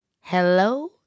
Hello